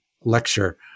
lecture